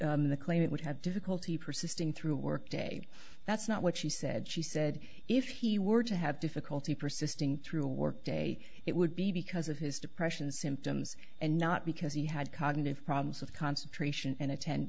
that the claimant would have difficulty persisting through a work day that's not what she said she said if he were to have difficulty persisting through a work day it would be because of his depression symptoms and not because he had cognitive problems of concentration and attend